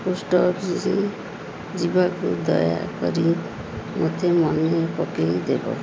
post office ଯିବାକୁ ଦୟାକରି ମୋତେ ମନେପକାଇ ଦେବ